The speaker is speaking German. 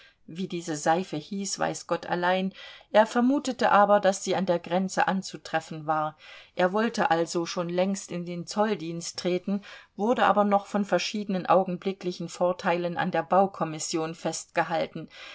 wie diese seife hieß weiß gott allein er vermutete aber daß sie an der grenze anzutreffen war er wollte also schon längst in den zolldienst treten wurde aber noch von verschiedenen augenblicklichen vorteilen an der baukommission festgehalten